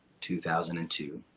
2002